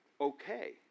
Okay